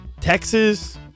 Texas